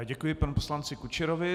Děkuji panu poslanci Kučerovi.